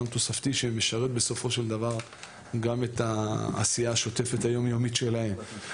תוספתי שמשרת בסופו של דבר גם את העשייה השוטפת היום-יומית שלהם,